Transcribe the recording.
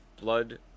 blood